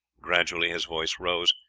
gradually his voice rose,